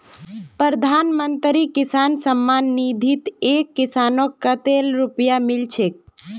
प्रधानमंत्री किसान सम्मान निधित एक किसानक कतेल रुपया मिल छेक